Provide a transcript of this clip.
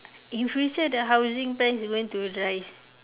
in future the housing price is going to rise